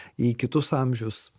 į kitus amžius